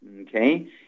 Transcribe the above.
Okay